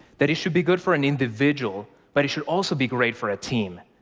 that it should be good for an individual, but it should also be great for a team,